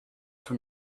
from